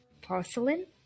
porcelain